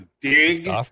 dig